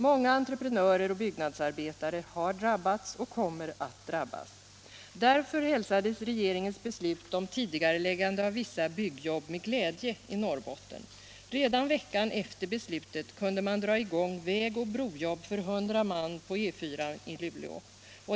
Många entreprenörer och byggnadsarbetare har drabbats och kommer att drabbas. Därför hälsades regeringens beslut om tidigareläggande av vissa byggjobb med glädje i Norrbotten. Redan veckan efter beslutet kunde man dra i gång väg och brojobb för 100 man på E4 vid Luleå.